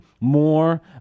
more